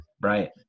right